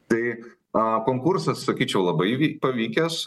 tai a konkursas sakyčiau labai vy pavykęs